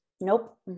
Nope